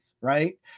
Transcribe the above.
right